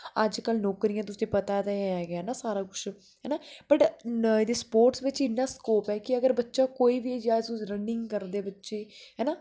अजकल नौकरियां तुसें गी पता ऐ है गै ना सारा कुछ है ना बट स्पोर्टस च इन्ना स्कोप ऐ अगर बच्चा कोई बी अज चाहे तुस रन्निंग करदे बच्चे है ना